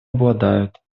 обладают